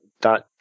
dot